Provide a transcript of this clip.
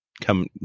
come